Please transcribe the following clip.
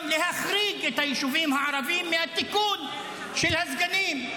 להחריג את היישובים הערביים מהתיקון של הסגנים.